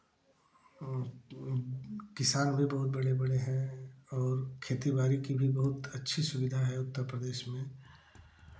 किसान भी बहुत बड़े बड़े हैं और खेती बारी की भी बहुत अच्छी सुविधा है उत्तर प्रदेश में